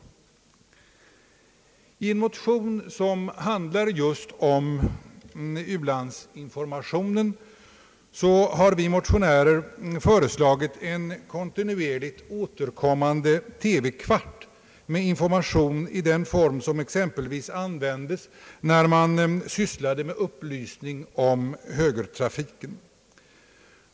I en motion, som handlar just om ulandsinformationen, har vi motionärer föreslagit en kontinuerligt återkommande TV-kvart med information i den form som användes t.ex. i samband med upplysning om högertrafiken.